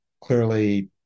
clearly